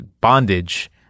bondage